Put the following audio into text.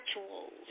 rituals